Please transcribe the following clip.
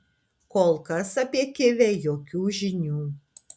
kol kas apie kivę jokių žinių